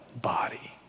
body